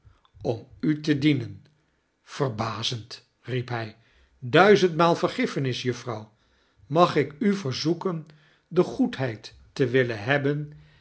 om u te dienen verbazend riep hy duizendmaal vergiffenis juffrouw mag ik u verzoeken de goedheid te willen hebben